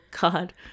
God